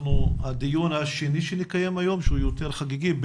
הדיון השני שנקיים היום שהוא יותר חגיגי,